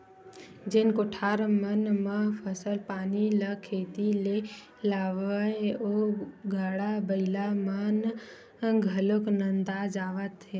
जेन कोठार मन म फसल पानी ल खेत ले लावय ओ गाड़ा बइला मन घलोक नंदात जावत हे